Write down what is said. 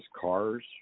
cars